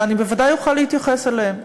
ואני בוודאי אוכל להתייחס אליהם.